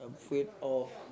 afraid of